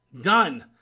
done